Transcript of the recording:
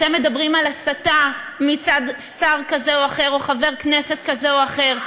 אתם מדברים על הסתה מצד שר כזה או אחר או חבר כנסת כזה או אחר,